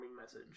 message